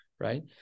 right